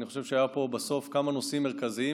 אני חושב שהיו פה בסוף כמה נושאים מרכזיים